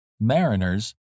mariners